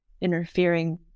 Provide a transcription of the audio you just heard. interfering